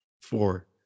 four